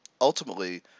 ultimately